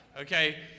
Okay